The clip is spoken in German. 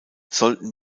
sollten